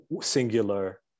singular